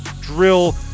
drill